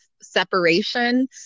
separation